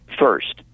first